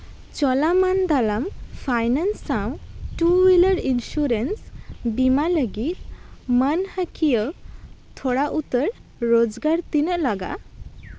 Cholamandalam finance ᱥᱟᱶ ᱴᱩ ᱦᱩᱭᱞᱟᱨ ᱤᱱᱥᱩᱨᱮᱱᱥ ᱵᱤᱢᱟ ᱞᱟᱹᱜᱤᱫ ᱢᱟᱹᱱᱦᱟᱹ ᱠᱤᱭᱟᱹ ᱛᱷᱚᱲᱟ ᱩᱛᱟᱹᱨ ᱨᱳᱡᱽᱜᱟᱨ ᱛᱤᱱᱟᱹᱜ ᱞᱟᱜᱟᱜᱼᱟ